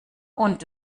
und